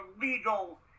legal